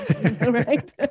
Right